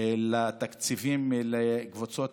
חברת